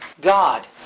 God